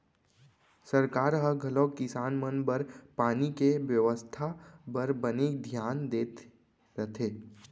सरकार ह घलौक किसान मन बर पानी के बेवस्था बर बने धियान देत रथे